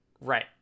Right